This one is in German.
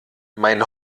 mein